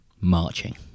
marching